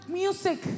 music